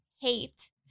hate